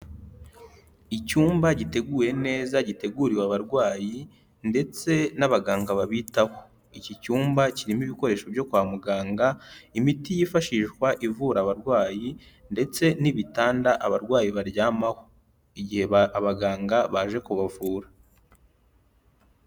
Icyumba giteguye neza giteguriwe abarwayi, ndetse n'abaganga babitaho. Iki cyumba kirimo ibikoresho byo kwa muganga, imiti yifashishwa ivura abarwayi ndetse n'ibitanda abarwayi baryamaho igihe abaganga baje kubavura.